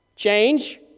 Change